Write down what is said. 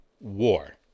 war